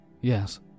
Yes